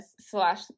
slash